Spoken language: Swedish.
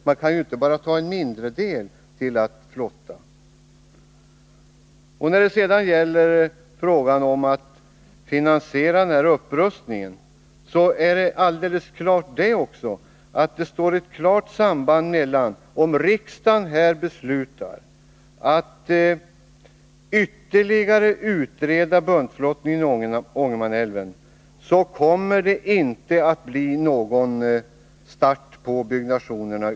Man kan inte bara flotta en liten del av virket. När det sedan gäller frågan om att finansiera en upprustning finns det här ett alldeles klart samband: Om riksdagen beslutar att ytterligare utreda frågan om buntflottning i Ångermanälven kommer det inte att bli någon start av järnvägsbyggnationen.